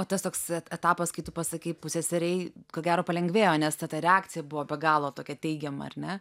o tas toks etapas kai tu pasakei pusseserei ko gero palengvėjo nes ta ta reakcija buvo be galo tokia teigiama ar ne